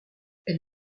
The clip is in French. elle